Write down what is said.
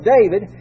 David